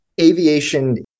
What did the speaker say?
aviation